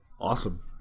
awesome